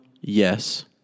Yes